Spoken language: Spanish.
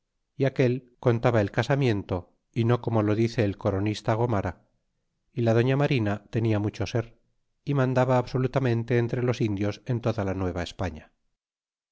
y aquel contaba el casamiento y no como lo dice el coronista gornara y la doña marina tenia mt cho ser y mandaba absolutamente entre los indios en toda la